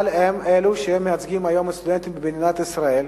אבל הם אלה שמייצגים היום את הסטודנטים במדינת ישראל,